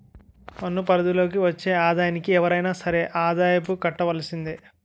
పన్ను పరిధి లోకి వచ్చే ఆదాయానికి ఎవరైనా సరే ఆదాయపు కట్టవలసిందే